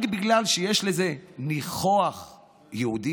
רק בגלל שיש לזה ניחוח יהודי?